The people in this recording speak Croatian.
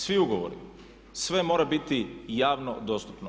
Svi ugovori, sve mora biti javno dostupno.